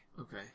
Okay